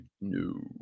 No